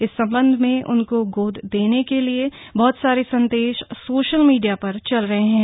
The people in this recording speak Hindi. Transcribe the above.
इस संबंध में उनको गोद देने के लिए बहुत सारे संदेश सोशल मीडिया पर चल रहे हैं